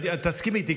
ותסכימי איתי,